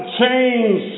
change